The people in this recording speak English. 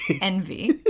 Envy